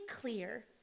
clear